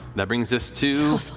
that brings us to,